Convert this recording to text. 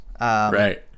Right